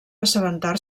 assabentar